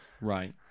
Right